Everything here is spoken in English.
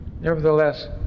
Nevertheless